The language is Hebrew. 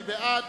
מי בעד?